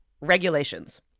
regulations